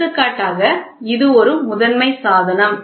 எடுத்துக்காட்டாக இது ஒரு முதன்மை சாதனம்